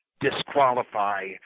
disqualify